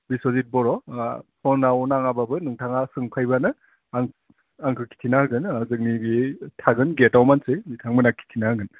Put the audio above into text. बिस्वजित बर' फनाव नाङाबाबो नोंथाङा सोंफैबानो आं आंखौ खिथिना होगोन जोंनि बे थागोन गेटआव मानसि बिथांमोनहा खिथिना होगोन